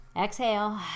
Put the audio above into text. exhale